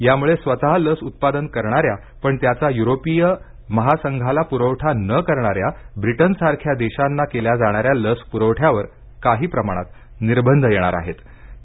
यामुळे स्वतः लस उत्पादन करणाऱ्या पण त्याचा यु्रोपीय महासंघाला पुरवठा न करणाऱ्या ब्रिटनसारख्या देशांना केल्या जाणाऱ्या लस प्रवठ्यावर काही प्रमाणात निर्बंध येण्याची शक्यता आहे